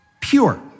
pure